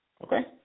Okay